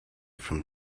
from